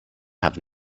have